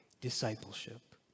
discipleship